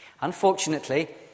Unfortunately